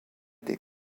des